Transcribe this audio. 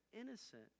innocent